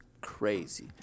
crazy